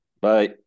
Bye